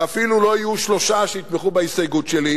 ואפילו לא יהיו שלושה שיתמכו בהסתייגות שלי,